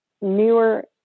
newer